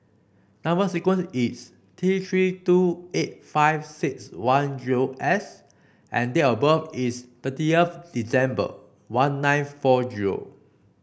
number sequence is T Three two eight five six one zero S and date of birth is thirtieth December one nine four zero